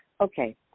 Okay